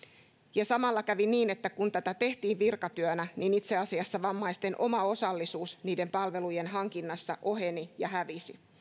ja samalla kävi niin että kun tätä tehtiin virkatyönä niin itse asiassa vammaisten oma osallisuus niiden palvelujen hankinnassa oheni ja hävisi